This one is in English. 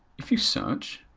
if you search,